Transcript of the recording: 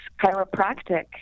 chiropractic